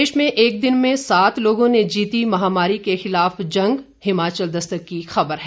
प्रदेश में एक दिन में सात लोगों ने जीती महामारी के खिलाफ जंग हिमाचल दस्तक की खबर है